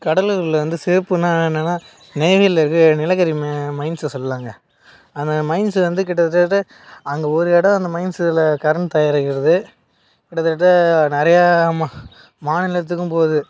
கடலூர்ல வந்து சிறப்புனால் என்னென்னா நெய்வேலியில இருக்க நிலக்கரி ம மைண்ட்ஸை சொல்லலாங்க அந்த மைண்ட்ஸு வந்து கிட்டத்தட்ட அங்கே ஒரு இடம் அந்த மைண்ட்ஸில் கரண்ட் தயாரிக்கிறது கிட்டத்தட்ட நிறையா மா மாநிலத்துக்கும் போது